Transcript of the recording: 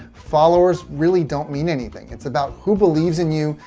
followers really don't mean anything. it's about who believes in you,